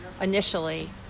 initially